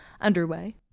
underway